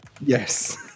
Yes